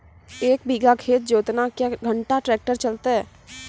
एक बीघा खेत जोतना क्या घंटा ट्रैक्टर चलते?